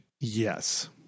yes